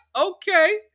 okay